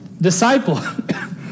disciple